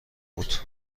بود